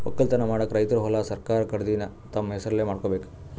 ವಕ್ಕಲತನ್ ಮಾಡಕ್ಕ್ ರೈತರ್ ಹೊಲಾ ಸರಕಾರ್ ಕಡೀನ್ದ್ ತಮ್ಮ್ ಹೆಸರಲೇ ಮಾಡ್ಕೋಬೇಕ್